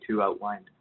outlined